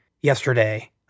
yesterday